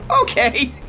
Okay